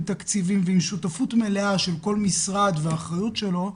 עם תקציבים ועם שותפות מלאה של כל משרד ואחריות שלו,